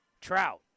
Trout